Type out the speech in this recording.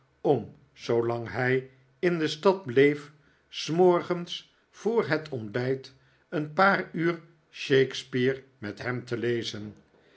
om zoolang hij in de stad bleef s morgens voor het ontbijt een paar uur shakespeare met hem te lezen